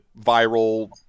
viral